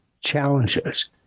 challenges